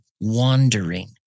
wandering